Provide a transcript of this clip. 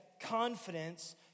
confidence